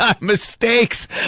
Mistakes